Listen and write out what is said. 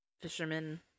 fisherman